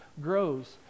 grows